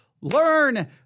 Learn